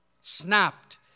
Snapped